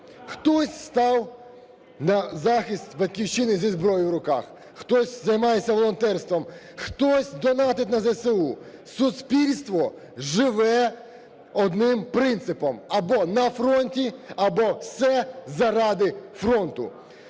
Хтось став на захист Батьківщини зі зброєю в руках, хтось займається волонтерством, хтось донатить на ЗСУ. Суспільство живе одним принципом: або на фронті, або все заради фронту.